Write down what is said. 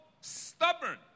stubborn